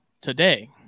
today